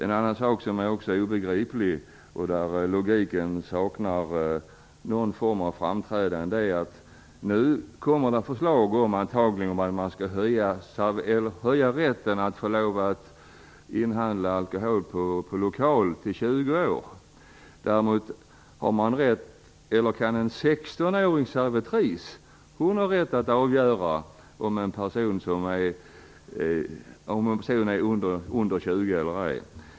En annan sak som är obegriplig och där det saknas logik är att nu kommer det förslag om att man skall höja åldersgränsen för att få inhandla alkohol på lokal till 20 år. Däremot har en 16-årig servitris rätt att avgöra om en person är under 20 eller ej.